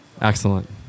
Excellent